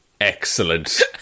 Excellent